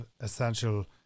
essential